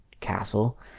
castle